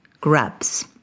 grubs